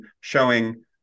showing